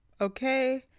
Okay